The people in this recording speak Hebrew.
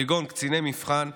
כגון קציני מבחן,